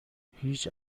هیچ